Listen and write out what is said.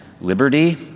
liberty